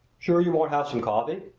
sure you won't have some coffee?